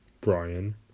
Brian